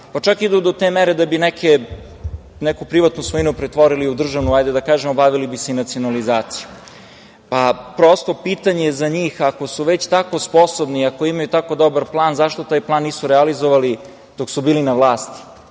pa čak idu do te mere da bi neku privatnu svojinu pretvorili u državnu, bavili bi se nacionalizacijom. Prosto, pitanje za njih, ako su već tako sposobni i ako imaju tako dobar plan, zašto taj plan nisu realizovali dok su bili na vlasti,